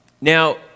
Now